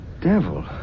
devil